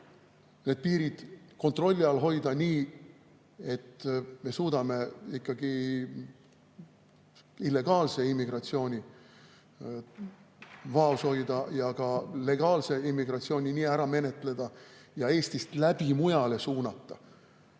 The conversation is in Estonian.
piire kontrolli all hoida nii, et me suudaksime ikkagi illegaalset immigratsiooni vaos hoida ja ka legaalset immigratsiooni menetleda ja Eestist mujale suunata,